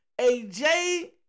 AJ